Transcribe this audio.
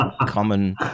common